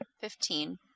Fifteen